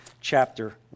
chapter